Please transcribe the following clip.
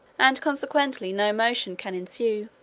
and consequently no motion can ensue.